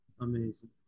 Amazing